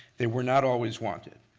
they were not always wanted.